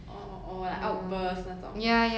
or or like outburst 那种